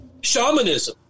shamanism